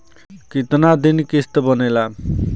कितना दिन किस्त बनेला?